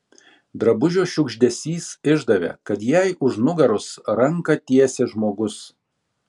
drabužio šiugždesys išdavė kad jai už nugaros ranką tiesia žmogus